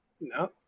No